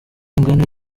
ingano